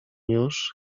już